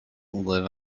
live